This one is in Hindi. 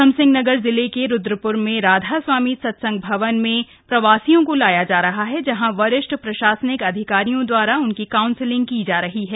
उधमसिंह नगर जिले के रुद्रप्र में राधा स्वामी सत्संग भवन में प्रवासियों को लाया जा रहा है जहां वरिष्ठ प्रशासनिक अधिकारियों दवारा उनकी काउंसलिंग की जा रही है